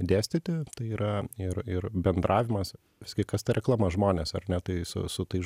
dėstyti tai yra ir ir bendravimas visgi kas ta reklama žmonės ar ne tai su su tais